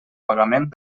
pagament